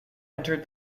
entered